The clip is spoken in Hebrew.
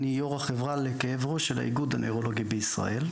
אני יו"ר החברה לכאב ראש של האיגוד הנוירולוגי בישראל.